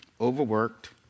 overworked